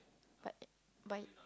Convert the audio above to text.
but by